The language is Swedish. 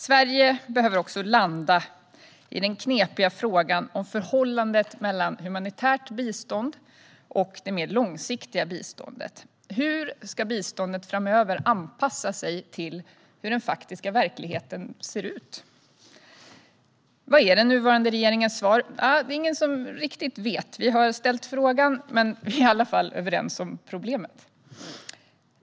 Sverige behöver landa i den knepiga frågan om förhållandet mellan humanitärt bistånd och det mer långsiktiga biståndet. Hur ska biståndet framöver anpassas till hur den faktiska verkligheten ser ut? Vad är den nuvarande regeringens svar? Det är det ingen som riktigt vet. Vi har ställt frågan. Men vi är i alla fall överens om problemet.